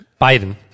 Biden